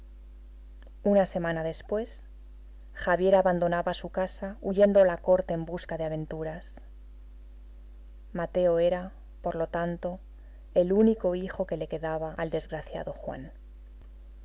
una semana después javier abandonaba su casa huyendo a la corte en busca de aventaras mateo era por lo tanto el único hijo que le quedaba al desgraciado juan este y